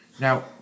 Now